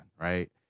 right